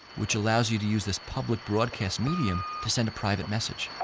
which allows you to use this public broadcast medium to send a private message.